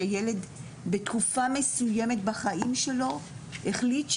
שילד בתקופה מסויימת בחיים שלו החליט,